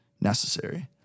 necessary